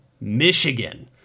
Michigan